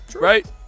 right